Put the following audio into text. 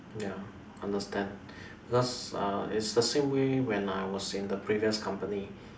ya understand because uh is the same way when I was in the previous company